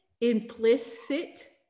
implicit